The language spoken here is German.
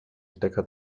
stecker